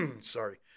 sorry